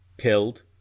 killed